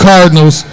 Cardinals